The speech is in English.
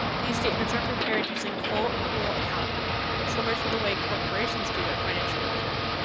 these statements are prepared using full accrual accounting slimmers of the way corporations do their financial reporting.